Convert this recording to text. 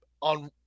on